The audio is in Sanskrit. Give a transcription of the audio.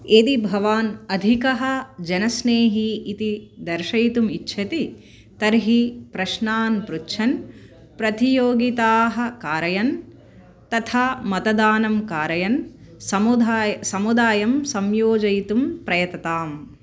यदि भवान् अधिकः जनस्नेही इति दर्शयितुम् इच्छति तर्हि प्रश्नान् पृच्छन् प्रतियोगिताः कारयन् तथा मतदानं कारयन् समुदायं समुदायं संयोजयितुं प्रयतताम्